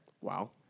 Wow